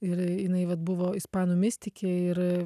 ir jinai vat buvo ispanų mistikė ir